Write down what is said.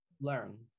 Learn